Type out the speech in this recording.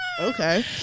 Okay